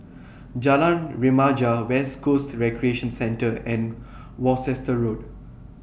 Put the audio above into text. Jalan Remaja West Coast Recreation Centre and Worcester Road